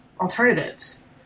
alternatives